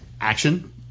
action